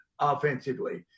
offensively